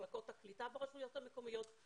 מחלקות הקליטה ברשויות המקומיות,